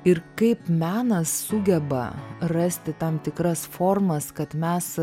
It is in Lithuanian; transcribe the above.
ir kaip menas sugeba rasti tam tikras formas kad mes